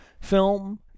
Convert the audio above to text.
film